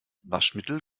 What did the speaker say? waschmittel